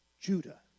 Judah